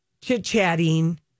chit-chatting